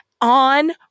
on